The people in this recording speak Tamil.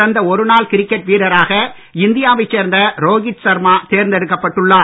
சிறந்த ஒருநாள் கிரிக்கெட் வீரராக இந்தியாவைச் சேர்ந்த ரோஹித் சர்மா தேர்ந்தெடுக்கப்பட்டு உள்ளார்